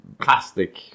Plastic